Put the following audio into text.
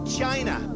China